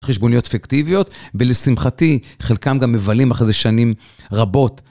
חשבוניות פיקטיביות, ולשמחתי, חלקם גם מבלים אחרי זה שנים רבות...